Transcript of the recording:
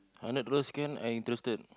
hundred dollars can I interested